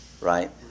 Right